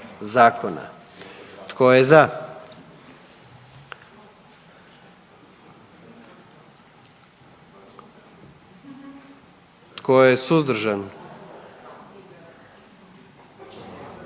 zakona. Tko je za? Tko je suzdržan?